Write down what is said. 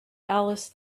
alice